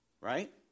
right